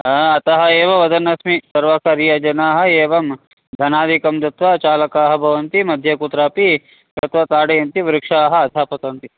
हा अतः एव वदन्नस्मि सर्वकारीयजनाः एवं धनादिकं दत्त्वा चालकाः भवन्ति मध्ये कुत्रापि गत्वा ताडयन्ति वृक्षाः अधः पतन्ति